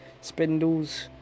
Spindles